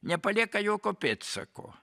nepalieka jokio pėdsako